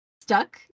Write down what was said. stuck